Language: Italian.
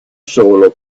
solo